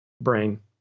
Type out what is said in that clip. brain